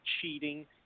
cheating